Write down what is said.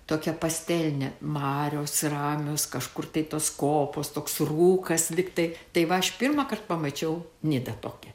tokia pastelinė marios ramios kažkur tai tos kopos toks rūkas lyg tai tai va aš pirmąkart pamačiau nidą tokią